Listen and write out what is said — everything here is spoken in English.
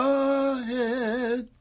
ahead